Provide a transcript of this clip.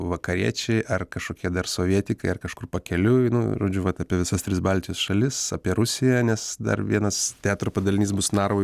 vakariečiai ar kažkokie dar sovietikai ar kažkur pakeliui nu žodžiu vat apie visas tris baltijos šalis apie rusiją nes dar vienas teatro padalinys bus narvoj